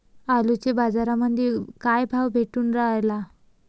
आलूले बाजारामंदी काय भाव भेटून रायला?